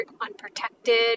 unprotected